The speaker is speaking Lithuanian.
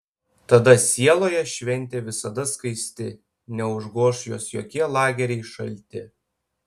tada sieloje šventė visada skaisti neužgoš jos jokie lageriai šalti